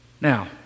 Now